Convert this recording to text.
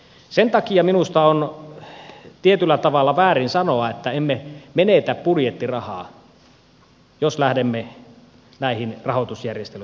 sen takia minusta on tietyllä tavalla väärin sanoa että emme menetä budjettirahaa jos lähdemme näihin rahoitusjärjestelyihin mukaan